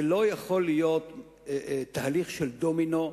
זה לא יכול להיות תהליך של דומינו,